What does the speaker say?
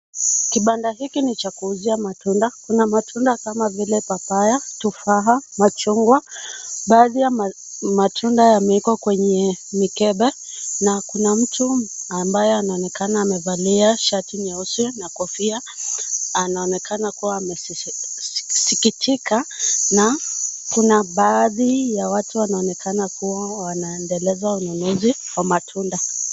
Kibanda hiki ni cha kuuzia matunda, kuna matunda kama vile papaya, tufaha, machungwa. Baadhi ya matunda yamewekwa kwenye mikebe na kuna mtu ambaye anaonekana amevalia shati nyeusi na kofia, anaonekana kuwa amesikitika na kuna baadhi ya watu wanaonekana kuwa wanaendeleza ununuzi wa matunda.